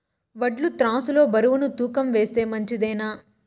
వడ్లు త్రాసు లో బరువును తూకం వేస్తే మంచిదేనా?